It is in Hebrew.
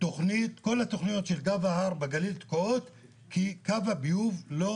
כל התכניות של גב ההר בגליל תקועות כי קו הביוב לא